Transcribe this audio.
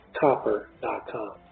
copper.com